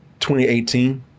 2018